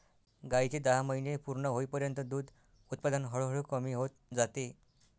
गायीचे दहा महिने पूर्ण होईपर्यंत दूध उत्पादन हळूहळू कमी होत जाते